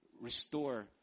restore